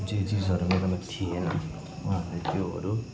जे चिजहरूले मेरोमा थिएन उहाँहरूले त्योहरू